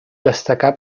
destacà